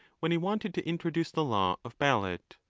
when he wanted to intro duce the law of ballot.